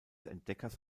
entdeckers